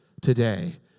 today